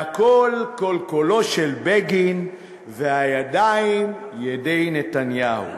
והקול קולו של בגין והידיים ידי נתניהו.